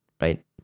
right